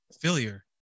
failure